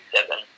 seven